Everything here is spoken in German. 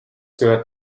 gehört